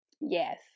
Yes